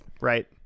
Right